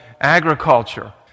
agriculture